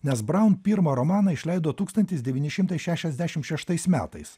nes braun pirmą romaną išleido tūkstantis devyni šimtai šešiasdešim šeštais metais